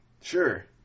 Sure